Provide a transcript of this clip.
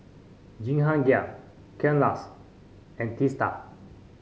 Jehangirr Kailash and Teesta